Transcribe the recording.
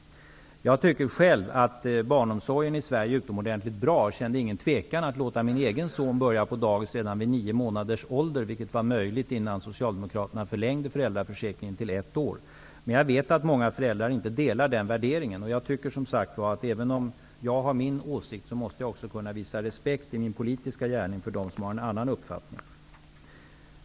Jag tycker själv att barnomsorgen i Sverige är utomordentligt bra. Jag kände ingen tvekan inför att låta min egen son börja på dagis redan vid nio månaders ålder, vilket var möjligt innan Socialdemokraterna förlängde föräldraförsäkringen till ett år. Jag vet att många föräldrar inte delar den värderingen. Även om jag har min åsikt, måste jag också kunna visa respekt i min politiska gärning för dem som har en annan uppfattning.